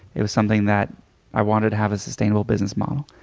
it was something that i wanted to have a sustainable business model.